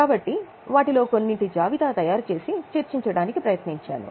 కాబట్టి వాటిలో కొన్నింటి జాబితా తయారుచేసి చర్చించడానికి ప్రయత్నించాను